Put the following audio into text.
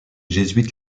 jésuites